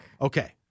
Okay